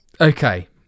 Okay